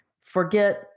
Forget